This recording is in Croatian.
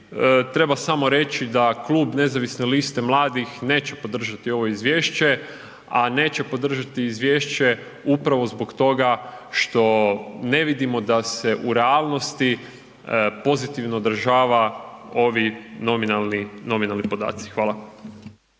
treba samo reći da Klub nezavisne liste mladih neće podržati ovo izvješće, a neće podržati izvješće upravo zbog toga što ne vidimo da se u realnosti pozitivno odražava ovi nominalni, nominalni